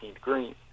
green